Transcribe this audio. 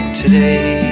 today